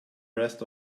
rest